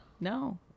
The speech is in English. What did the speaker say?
No